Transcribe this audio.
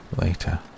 Later